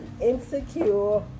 Insecure